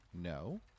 No